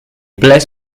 bless